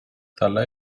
dalla